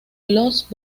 lost